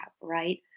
right